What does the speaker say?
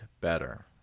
better